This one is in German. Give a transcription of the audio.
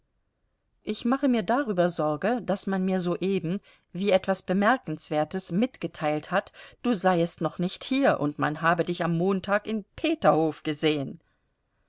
ich mache mir darüber sorge daß man mir soeben wie etwas bemerkenswertes mitgeteilt hat du seiest noch nicht hier und man habe dich am montag in peterhof gesehen